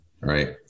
Right